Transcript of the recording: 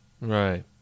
Right